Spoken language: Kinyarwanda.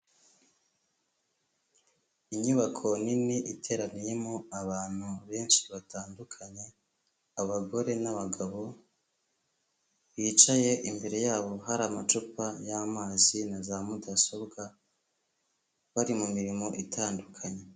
Inyubako nini iteraniyemo abantu benshi batandukanye, abagore n'abagabo bicaye imbere yabo hari amacupa y'amazi na za mudasobwa bari mu mirimo itandukanye.